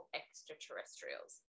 extraterrestrials